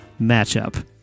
matchup